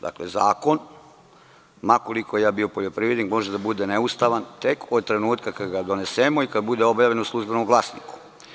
Dakle, zakon, ma koliko ja bio poljoprivrednik, može da bude neustavan tek od trenutka kada ga donesemo i kada bude objavljen u „Službenom glasniku“